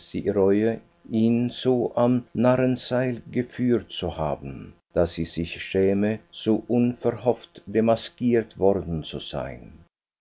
reue ihn so am narrenseil geführt zu haben daß sie sich schäme so unverhofft demaskiert worden zu sein